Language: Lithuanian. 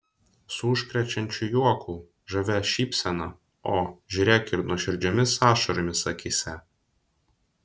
su užkrečiančiu juoku žavia šypsena o žiūrėk ir nuoširdžiomis ašaromis akyse